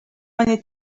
many